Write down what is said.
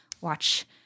watch